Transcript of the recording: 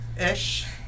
ish